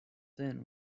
thin